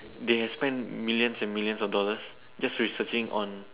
they have spent millions and millions of dollars just researching on